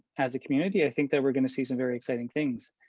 as a community, i think that we're gonna see some very exciting things,